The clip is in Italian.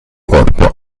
corpo